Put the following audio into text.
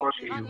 ככל שיהיו.